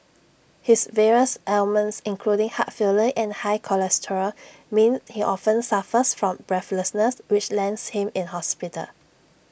his various ailments including heart failure and high cholesterol mean he often suffers from breathlessness which lands him in hospital